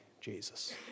Jesus